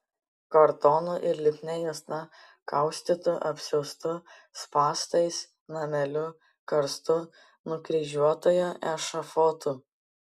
kartonu ir lipnia juosta kaustytu apsiaustu spąstais nameliu karstu nukryžiuotojo ešafotu